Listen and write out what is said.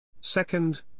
Second